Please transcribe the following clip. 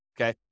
okay